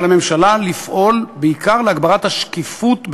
ועל הממשלה לפעול בעיקר להגברת השקיפות בפעילותה,